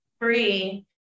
free